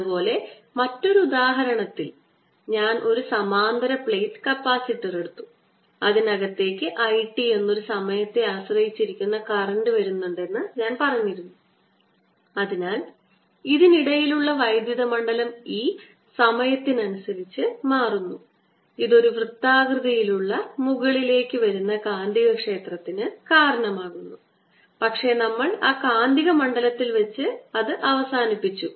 അതുപോലെ മറ്റൊരു ഉദാഹരണത്തിൽ ഞാൻ ഒരു സമാന്തര പ്ലേറ്റ് കപ്പാസിറ്റർ എടുത്തു അതിനകത്തേക്ക് I t എന്നൊരു സമയത്തെ ആശ്രയിച്ചിരിക്കുന്ന കറന്റ് വരുന്നുണ്ടെന്ന് ഞാൻ പറഞ്ഞു അതിനാൽ ഇതിനിടയിലുള്ള വൈദ്യുത മണ്ഡലം E സമയത്തിനനുസരിച്ച് മാറുന്നു ഇത് ഒരു വൃത്താകൃതിയിലുള്ള മുകളിലേക്ക് വരുന്ന കാന്തികക്ഷേത്രത്തിന് കാരണമാകുന്നു പക്ഷേ നമ്മൾ ആ കാന്തിക മണ്ഡലത്തിൽ വച്ച് അത് അവസാനിപ്പിച്ചു